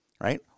right